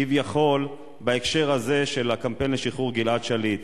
כביכול, בהקשר הזה של הקמפיין לשחרור גלעד שליט.